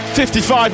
55